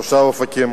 תושב אופקים,